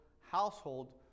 household